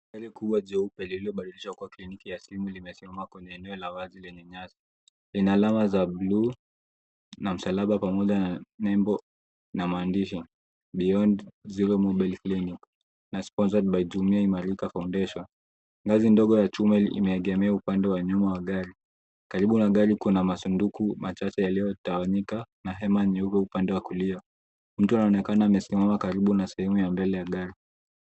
Gari kubwa jeupe lililobadilishwa kuwa kliniki ya simu limesimama kwenye eneo la wazi lenye nyasi. Lina alama za bluu, na msalaba pamoja na nembo na maandishi, Beyond Zero Mobile Clinic na sponsored by Jumuiya Imarika Foundation . Ngazi ndogo ya chuma imeegemea upande wa nyuma wa gari. Karibu na gari kuna masunduku machache yaliyotawanyika, na hema nyeupe upande wa kulia. Mtu anaonekana amesimama karibu na sehemu ya mbele ya gari.